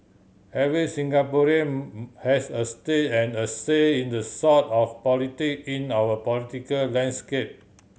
every Singaporean has a stake and a say in the sort of politic in our political landscape